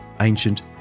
ancient